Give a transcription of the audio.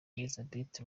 elisabeth